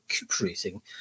recuperating